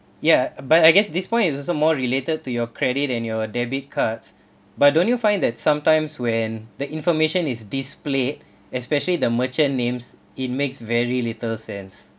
ya but I guess this point is also more related to your credit and your debit cards but don't you find that sometimes when the information is displayed especially the merchant names it makes very little sense